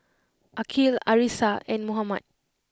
Aqil Arissa and Muhammad